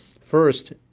First